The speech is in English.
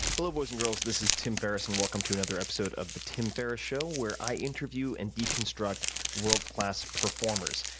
hello, boys and girls. this is tim ferriss and welcome to another episode of the tim ferriss show, where i interview and deconstruct world-class performers.